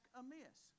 amiss